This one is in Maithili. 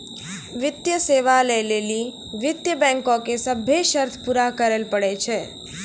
वित्तीय सेवा लै लेली वित्त बैंको के सभ्भे शर्त पूरा करै ल पड़ै छै